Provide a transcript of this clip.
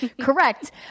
correct